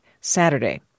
Saturday